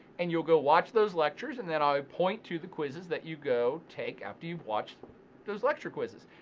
and you'll go watch those lectures and then i point to the quizzes that you go take after you watched those lecture quizzes.